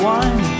one